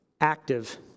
active